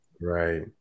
Right